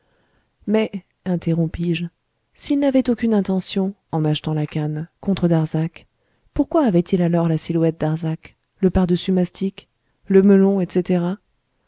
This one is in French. mais interrompis-je s'il n'avait aucune intention en achetant la canne contre darzac pourquoi avait-il alors la silhouette darzac le pardessus mastic le melon etc